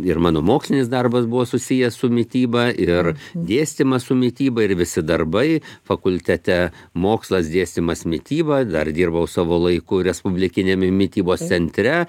ir mano mokslinis darbas buvo susijęs su mityba ir dėstymas su mityba ir visi darbai fakultete mokslas dėstymas mityba dar dirbau savo laiku respublikiniame mitybos centre